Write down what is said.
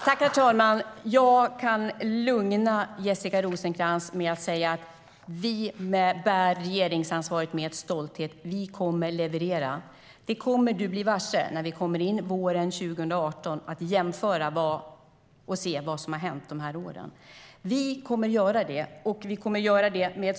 Herr talman! Jag kan lugna Jessica Rosencrantz med att vi bär regeringsansvaret med stolthet. Vi kommer att leverera. Det kommer hon att bli varse när vi våren 2018 jämför och ser vad som har hänt fram till dess. Vi kommer att leverera och göra det med stolthet. Herr talman!